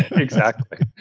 exactly.